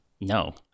No